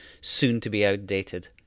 soon-to-be-outdated